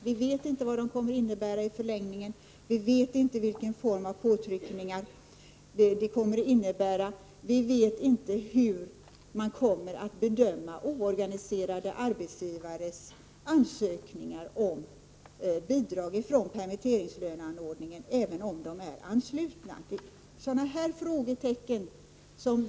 Vi vet inte vad avtalen kommer att innebära, vi vet inte vilken form av påtryckningar det kommer att betyda, och vi vet inte hur man kommer att bedöma oorganiserade arbetsgivares ansökningar om bidrag från permitteringslöneanordningen, även om det gäller anslutna personer.